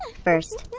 first,